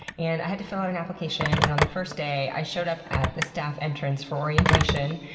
and i had to fill out an application. and on the first day i showed up at the staff entrance for orientation.